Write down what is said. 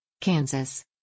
Kansas